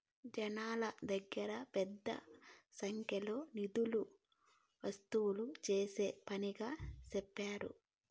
జనాల దగ్గర పెద్ద సంఖ్యలో నిధులు వసూలు చేసే పనిగా సెప్తారు